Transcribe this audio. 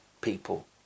people